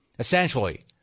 Essentially